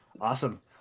Awesome